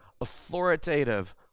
authoritative